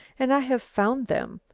and i have found them,